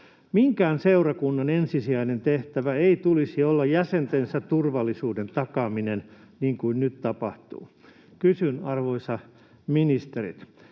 Minkään seurakunnan ensisijainen tehtävä ei tulisi olla jäsentensä turvallisuuden takaaminen, niin kuin nyt tapahtuu. Kysyn, arvoisat ministerit: